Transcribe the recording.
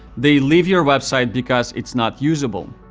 they leave your website because it's not usable.